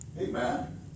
Amen